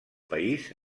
país